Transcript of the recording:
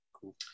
cool